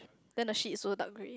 then the ship is also dark grey